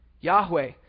Yahweh